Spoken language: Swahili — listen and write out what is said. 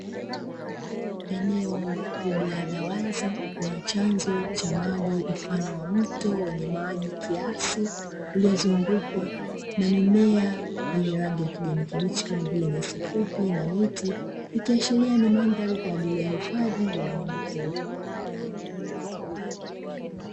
Eneo kubwa la wazi lenye chanzo cha maji mfano wa mto wenye maji kiasi uliozungukwa na mimea yenye rangi ya kijani kibichi kama vile nyasi fupi na miti. Ikiashiria ni mandhari kwaajili ya hifadhi ya wanyama pori.